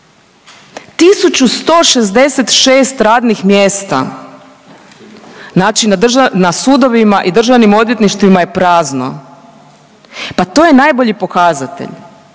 1.166 radnih mjesta znači na sudovima i državnim odvjetništvima je prazno, pa to je najbolji pokazatelj,